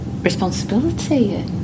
responsibility